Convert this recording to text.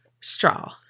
Straw